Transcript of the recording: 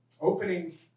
opening